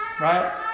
right